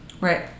Right